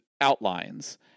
outlines